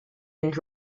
and